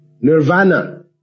Nirvana